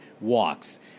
walks